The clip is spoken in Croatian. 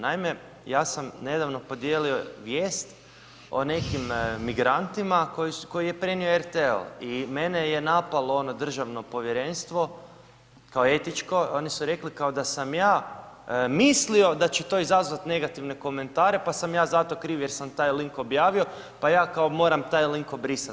Naime, ja sam nedavno podijelio vijest o nekim migrantima, koje je prenio RTL i mene je napalo ono državno povjerenstvo, kao etičko, oni su rekli kao da sam ja mislio da će to izazvati negativne komentare, pa sam ja zato kriv, jer sam taj link objavio, pa ja kao moram taj link obrisati.